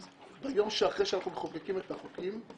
יום אחרי שאנחנו מחוקקים את החוקים,